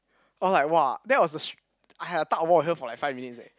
I was like !wah! that was a s~ I had a tug of war with her like for like five minutes eh